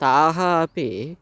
ताः अपि